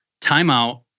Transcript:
timeout